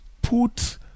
put